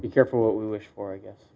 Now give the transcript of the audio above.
be careful what we wish for i guess